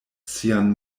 sian